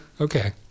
Okay